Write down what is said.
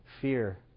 fear